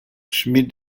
smith